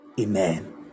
Amen